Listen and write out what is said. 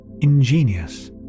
ingenious